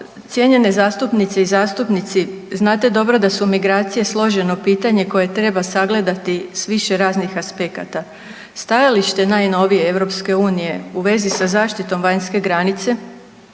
Cijenjene zastupnice i zastupnici znate dobro da su migracije složeno pitanje koje treba sagledati sa više raznih aspekata. Stajalište najnovije EU u vezi sa zaštitom vanjske granice,